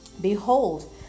Behold